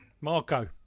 Marco